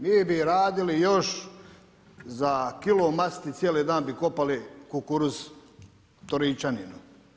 Mi bi radili još za kilu masti, cijeli dan bi kopali kukuruz Turićaninu.